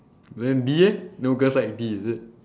then B eh no girls like B is it